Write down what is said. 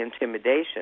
intimidation